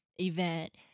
event